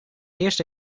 eerst